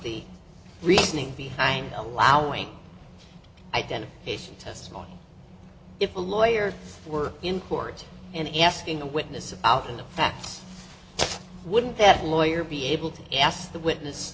the reasoning behind allowing identification testimony if a lawyer were in court and asking the witnesses out in the fact wouldn't that lawyer be able to ask the witness